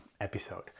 episode